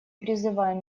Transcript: призываем